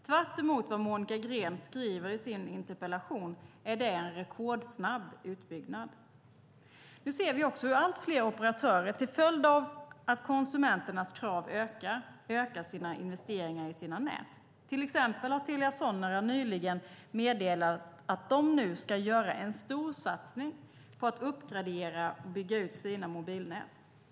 Tvärtemot vad Monica Green skriver i sin interpellation är det en rekordsnabb utbyggnad. Nu ser vi också hur allt fler operatörer till följd av att konsumenternas krav växer ökar investeringarna i sina nät. Till exempel har Telia Sonera nyligen meddelat att de nu ska göra en storsatsning på att uppgradera och bygga ut sina mobilnät.